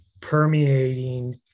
permeating